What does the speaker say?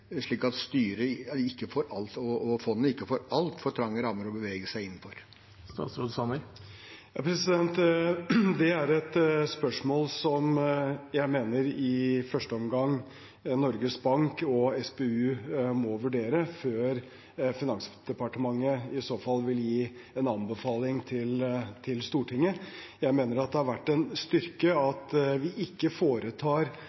slik at styret og fondet ikke får altfor trange rammer å bevege seg innenfor? Det er et spørsmål som jeg mener i første omgang Norges Bank og SPU må vurdere, før Finansdepartementet i så fall vil gi en anbefaling til Stortinget. Jeg mener det har vært en styrke